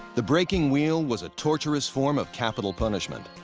the breaking wheel was a torturous form of capital punishment.